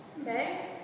Okay